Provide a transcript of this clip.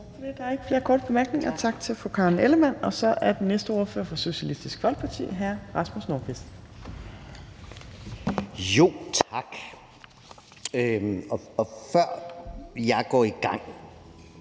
Der er ikke flere korte bemærkninger. Tak til fru Karen Ellemann. Så er den næste ordfører fra Socialistisk Folkeparti, og det er hr. Rasmus Nordqvist. Kl. 15:19 (Ordfører) Rasmus